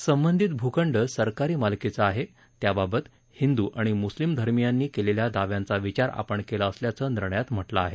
संबंधित भूखंड सरकारी मालकीचा आहे त्याबाबत हिंदू आणि म्स्लिम धर्मियांनी केलेल्या दाव्यांचा विचार आपण केला असल्याचं निर्णयात म्हटलं आहे